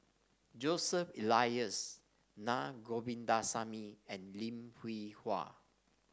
Joseph Elias Naa Govindasamy and Lim Hwee Hua